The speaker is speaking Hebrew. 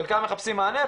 חלקם מחפשים מענה,